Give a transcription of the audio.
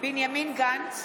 בנימין גנץ,